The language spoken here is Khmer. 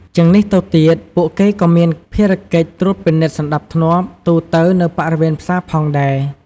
ជាងនេះទៅទៀត ពួកគេក៏មានភារកិច្ចត្រូវ ត្រួតពិនិត្យសណ្តាប់ធ្នាប់ ទូទៅនៅបរិវេណផ្សារផងដែរ។